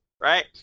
right